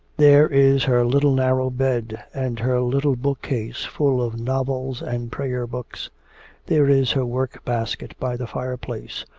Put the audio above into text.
there is her little narrow bed, and her little book-case full of novels and prayer-books there is her work-basket by the fireplace,